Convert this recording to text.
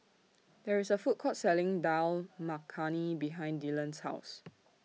There IS A Food Court Selling Dal Makhani behind Dillan's House